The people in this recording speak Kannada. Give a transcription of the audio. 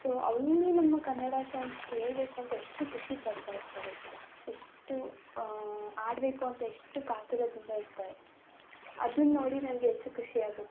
ಸೊ ಅವರು ನಮ್ಮ ಕನ್ನಡ ಸಾಂಗ್ ಕೇಳ್ಬೇಕಂತ ಎಷ್ಟು ಖುಷಿ ಪಡ್ತಾ ಇರ್ತಾರೆ ಎಷ್ಟು ಆಡಬೇಕು ಅಂತ ಎಷ್ಟು ಕಾತುರದಿಂದ ಇರ್ತಾರೆ ಅದನ್ನ ನೋಡಿ ನನಗೆ ಹೆಚ್ಚು ಖುಷಿಯಾಗುತ್ತೆ